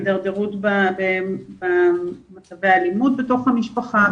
הידרדרות במצבי אלימות בתוך המשפחה,